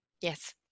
Yes